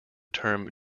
term